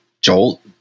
jolt